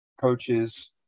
coaches